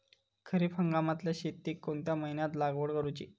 खरीप हंगामातल्या शेतीक कोणत्या महिन्यात लागवड करूची?